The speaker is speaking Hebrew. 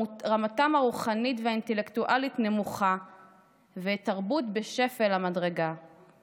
רמתם הרוחנית והאינטלקטואלית נמוכה / ואת תרבות / בשפל המדרגה /